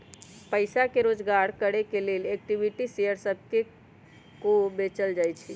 पईसा के जोगार करे के लेल इक्विटी शेयर सभके को बेचल जाइ छइ